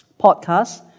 podcast